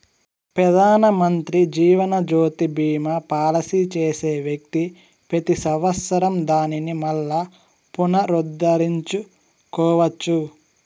పెదానమంత్రి జీవనజ్యోతి బీమా పాలసీ చేసే వ్యక్తి పెతి సంవత్సరం దానిని మల్లా పునరుద్దరించుకోవచ్చు